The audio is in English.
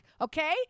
okay